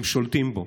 הם שולטים בו.